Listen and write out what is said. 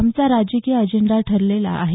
आमचा राजकीय अजेंडा ठरलेला आहे